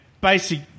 basic